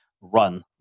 run